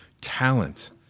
talent